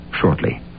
shortly